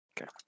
Okay